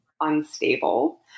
unstable